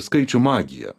skaičių magija